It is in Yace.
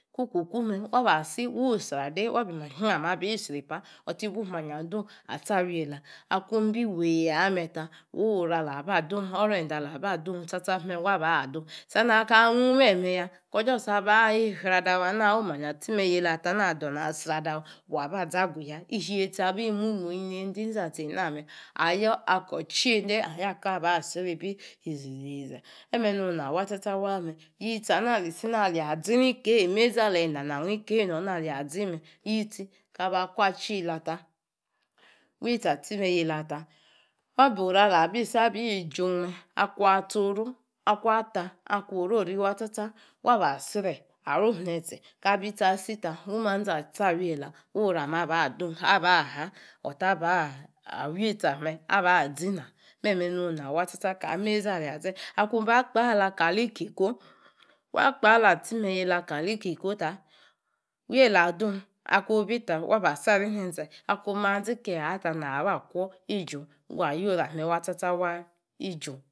Kukuku mme wabasi wu sria ade wa bi miyin oun irripa oti bu miyin adung atsi-awielah akunibi weii aya meh ta wa woru alaba dung orende alaba dung tsa tsa awa adung sani ka anugung meme ya ko just aba irri-adawa na wa wu miyin atsi mme nielah ta na wa adoung isri adawa waba azi aguya ishiety abi mumuii nyideii inzatsor a'enah mme ayor kor tchiende ayor kaa ba atsriibi iziizia eme ni-na watsa-tsa waa mme yitsi ana alisina ala ya zi ni kaa mezi ala yi nanor nike una ala ya zi meh yitsi ana alisina ala ya zi ni kaa mezi ala yi nanor nike una ala ya zi meh yitsi ka akwo achiela ta wa wi yitsi atsi me nyielah ta wa boru alah bi si ijun me akun atsoru akun ata kun orori waa tsa tsa waba sre arom netse ka bi yitsi asi ta wa wu manzi atii awu yeilah wa wu orame aba adung waba har wa wu yitsi ameh aba zi-nung eme nu na wa tsa-tsa kali mezi alia zi. Akun bi akpa laa kali ikiko waa akpa'laa atsi mme ni yie-lah kali ikiko ta waiel ah adung akung bi ta wabasi are netse akun manzi ke atar na be kwor ijuiung wa you orameh waa tsa tsa waa ijuiung